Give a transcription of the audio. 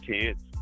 kids